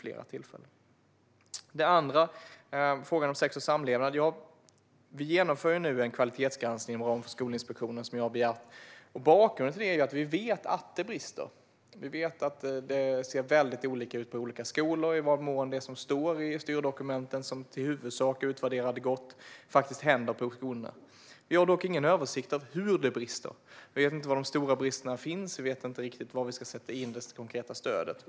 När det gäller den andra frågan om sex och samlevnad har vi nu begärt en kvalitetsgranskning från Skolinspektionen. Bakgrunden till det är att vi vet att det brister. Det ser väldigt olika ut i olika skolor med tanke på det som står i styrdokumenten och det som faktiskt händer på skolorna. Vi har dock ingen översikt av hur det brister. Vi vet inte var de stora bristerna finns, och vi vet inte riktigt var vi ska sätta in det konkreta stödet.